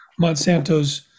Monsanto's